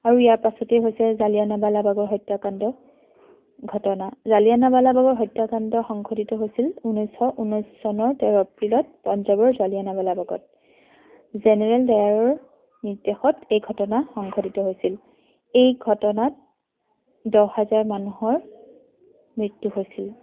আৰু ইয়াৰ পাছতে হৈছে জালিয়ানাৱালাবাগৰ হত্যাকাণ্ড ঘটনা জালিয়ানাবালাবাগৰ হত্যাকাণ্ড সংঘটিত হৈছিল ঊনৈছশ ঊনৈছ চনৰ তেৰ এপ্ৰিলত পঞ্জাৱৰ জালিয়ানাৱালাবাগত জেনেৰেল ডায়াৰৰ নিৰ্দেশত এই ঘটনা সংঘটিত হৈছিল এই ঘটনাত দহ হাজাৰ মানুহৰ মৃত্যু হৈছিল